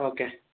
okay